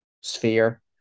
sphere